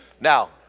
Now